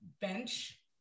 bench